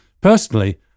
Personally